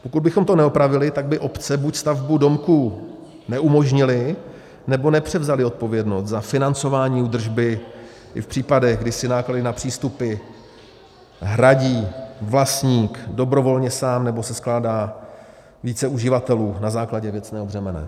Pokud bychom to neopravili, tak by obce buď stavbu domku neumožnily, nebo nepřevzaly odpovědnost za financování údržby i v případech, kdy si náklady na přístupy hradí vlastník dobrovolně sám nebo se skládá více uživatelů na základě věcného břemene.